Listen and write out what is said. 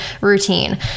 routine